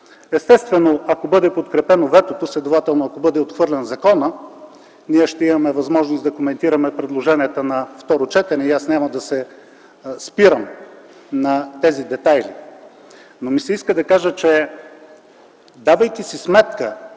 Естествено ако бъде подкрепено ветото, следователно ако бъде отхвърлен законът, ние ще имаме възможност да коментираме предложенията на второ четене и аз няма да се спирам на тези детайли. Но, давайки си сметка,